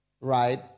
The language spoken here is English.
right